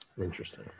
Interesting